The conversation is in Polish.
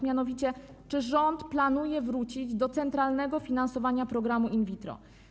Mianowicie czy rząd planuje wrócić do centralnego finansowania programu in vitro?